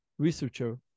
Researcher